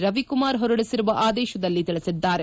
ರವಿಕುಮಾರ್ ಹೊರಡಿಸಿರುವ ಆದೇಶದಲ್ಲಿ ತಿಳಿಸಿದ್ದಾರೆ